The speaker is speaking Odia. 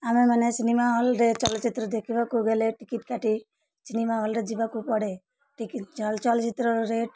ଆମେମାନେ ସିନେମା ହଲ୍ରେ ଚଲଚ୍ଚିତ୍ର ଦେଖିବାକୁ ଗଲେ ଟିକେଟ୍ କାଟି ସିନେମା ହଲ୍ରେ ଯିବାକୁ ପଡ଼େ ଟିକେଟ୍ ଚଲଚ୍ଚିତ୍ରରେ